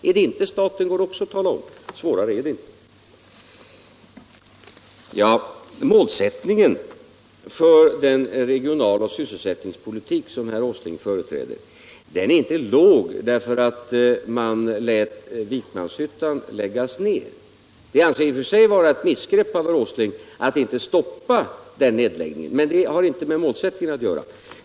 Är det inte staten, går det också att tala om. Svårare är det inte. Målsättningen för den regional och sysselsättningspolitik som herr Åsling företräder är inte låg därför att man lät Vikmanshyttan läggas ner. Jag anser det i och för sig vara ett missgrepp av herr Åsling att inte stoppa den nedläggningen, men det har inte med målsättningen att göra.